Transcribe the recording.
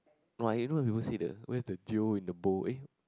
no I you know when people say that where is the jio in the bo eh